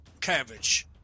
cabbage